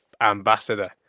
ambassador